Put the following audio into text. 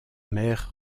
mer